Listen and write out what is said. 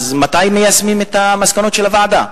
אז מתי מיישמים את המסקנות של הוועדה?